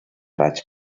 raig